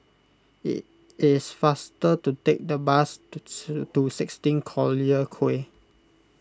it is faster to take the bus to to sixteen Collyer Quay